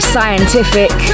Scientific